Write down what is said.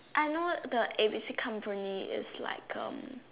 I know the A B C company is like um